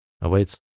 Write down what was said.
awaits